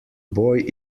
boy